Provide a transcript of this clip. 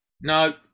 No